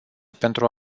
pentru